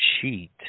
cheat